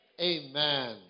Amen